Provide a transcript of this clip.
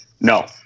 No